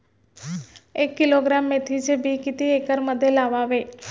एक किलोग्रॅम मेथीचे बी किती एकरमध्ये लावावे?